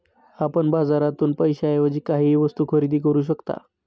आपण बाजारातून पैशाएवजी काहीही वस्तु खरेदी करू शकता